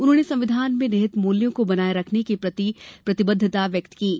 उन्होंने संविधान में निहित मूल्यों को बनाए रखने की प्रतिबद्धता व्यक्त की है